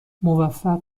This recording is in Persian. موفق